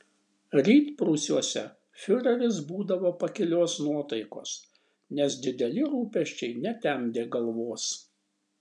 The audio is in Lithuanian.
rytprūsiuose fiureris būdavo pakilios nuotaikos nes dideli rūpesčiai netemdė galvos